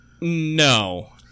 No